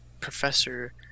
professor